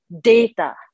data